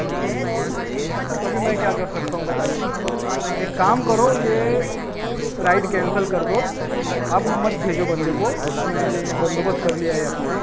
ہاں تو ابھی میں کیا کر سکتا ہوں بتائیے ایک کام کرو یہ رائڈ کینسل کر دو اب مت بھیجو بندے کو میں نے بندوبست کرلیا ہے اپنا